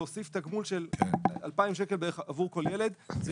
להוסיף תגמול של 2,000 שקל בערך עבור כל ילד זה